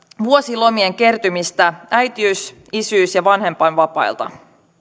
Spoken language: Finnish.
vuosilomien kertymistä äitiys isyys ja vanhempainvapailta